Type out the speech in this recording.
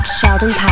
Sheldon